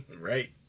right